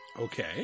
Okay